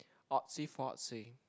artsy fartsy